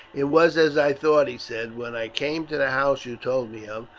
it was as i thought, he said. when i came to the house you told me of,